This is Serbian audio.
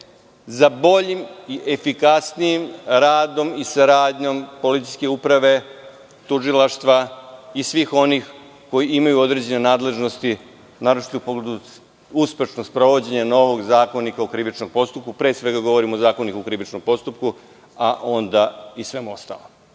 za boljim i efikasnijim radom i saradnjom policijske uprave, tužilaštva i svih onih koji imaju određene nadležnosti naročito i u pogledu uspešnog sprovođenja novog Zakonika o krivičnom postupku, pre svega govorim o Zakoniku o krivičnom postupku, a onda i svemu ostalom. Opet